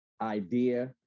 idea